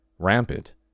Rampant